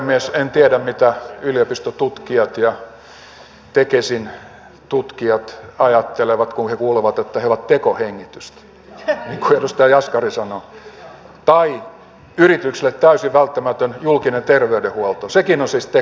en tiedä mitä yliopistotutkijat ja tekesin tutkijat ajattelevat kun he kuulevat että he ovat tekohengitystä niin kuin edustaja jaskari sanoi tai yrityksille täysin välttämätön julkinen terveydenhuolto sekin on siis tekohengitystä